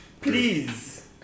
please